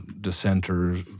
dissenters